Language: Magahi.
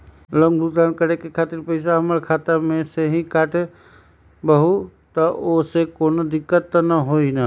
लोन भुगतान करे के खातिर पैसा हमर खाता में से ही काटबहु त ओसे कौनो दिक्कत त न होई न?